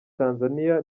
tanzania